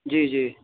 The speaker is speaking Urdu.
جی جی